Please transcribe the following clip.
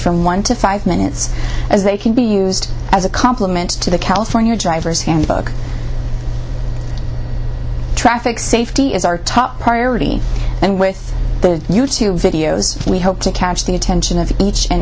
from one to five minutes as they can be used as a complement to the california driver's handbook traffic safety is our top priority and with the you tube videos we hope to catch the attention of each and